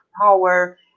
power